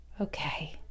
okay